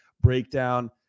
breakdown